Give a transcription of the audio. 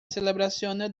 celebrazione